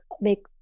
make